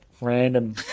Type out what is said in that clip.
random